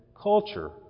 culture